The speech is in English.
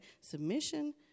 Submission